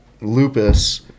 lupus